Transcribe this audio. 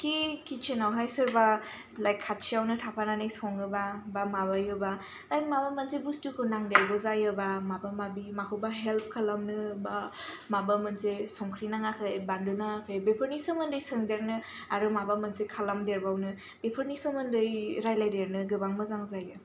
खि किटसेनाव हाय सोरबा लायक खाथियावनो थाफानानै सङोबा बा माबायोबा लायक माबा मोनसे बुस्थुखौ नांदेरगौ जायोब्ला माबा माबि माखौबा हेलफ खालामनो बा माबा मोनसे संख्रि नाङाखै बानलु नाङाखै बेफोरनि सोमोनदै सोंदेरनो आरो माबा मोनसे खालाम देरबावनो बेफोरनि सोमोनदै रायलाय देरनो गोबां मोजां जायो